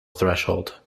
threshold